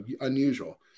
unusual